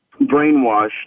brainwashed